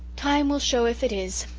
time will show if it is,